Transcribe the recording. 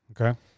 Okay